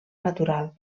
natural